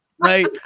Right